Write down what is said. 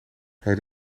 het